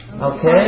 Okay